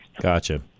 Gotcha